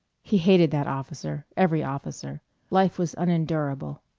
he hated that officer, every officer life was unendurable.